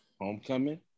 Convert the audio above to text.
Homecoming